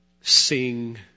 sing